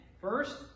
First